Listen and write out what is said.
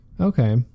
okay